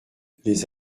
les